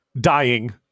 dying